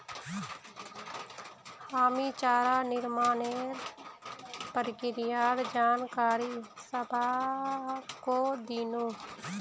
हामी चारा निर्माणेर प्रक्रियार जानकारी सबाहको दिनु